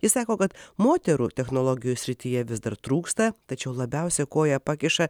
ji sako kad moterų technologijų srityje vis dar trūksta tačiau labiausia koją pakiša